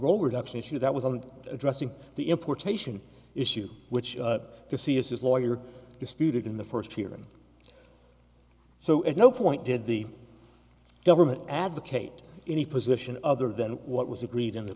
road option issue that wasn't addressing the importation issue which you see is his lawyer disputed in the first hearing so at no point did the government advocate any position other than what was agreed in